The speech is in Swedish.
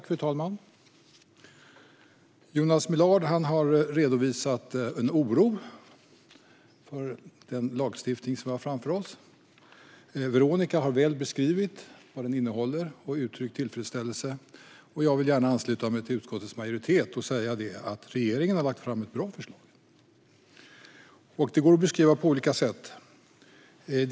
Fru talman! Jonas Millard har redovisat en oro för den lagstiftning som vi har framför oss. Veronica har beskrivit väl vad den innehåller och uttryckt tillfredsställelse. Jag vill gärna ansluta mig till utskottets majoritet och säga att jag tycker att regeringen har lagt fram ett bra förslag. Det går att beskriva på olika sätt.